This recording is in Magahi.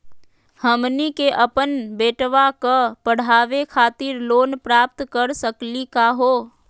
हमनी के अपन बेटवा क पढावे खातिर लोन प्राप्त कर सकली का हो?